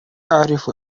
أعرف